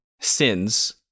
sins